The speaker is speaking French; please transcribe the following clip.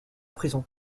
prison